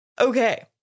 Okay